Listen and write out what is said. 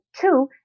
two